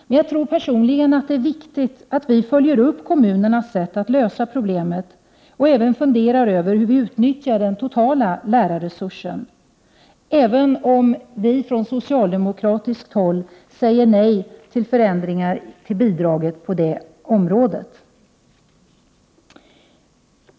Men personligen tror jag att det är viktigt att vi följer upp detta och studerar kommunernas sätt att lösa problemet. Dessutom måste vi fundera över hur den totala lärarresursen utnyttjas — även om vi socialdemokrater säger nej till förändringar beträffande bidrag på det området.